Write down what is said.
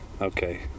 Okay